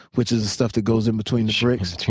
which is the stuff that goes in between the bricks.